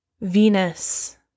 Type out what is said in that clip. Venus